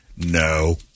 No